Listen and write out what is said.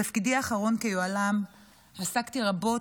בתפקידי האחרון כיוהל"ם עסקתי רבות